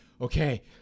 Okay